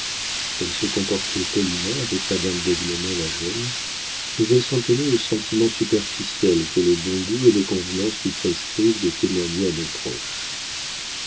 elle se comportait poliment avec madame d'aiglemont la jeune mais elle s'en tenait au sentiment superficiel que le bon goût et les convenances nous prescrivent de témoigner à nos proches